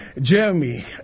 Jeremy